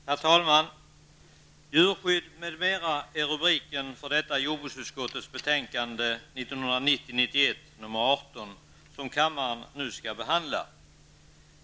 Herr talman! Djurskydd m.m. är rubriken för jordbruksutskottets betänkande 1990/91:18, som kammaren nu skall behandla.